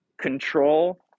control